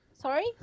Sorry